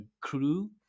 crew